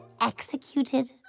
executed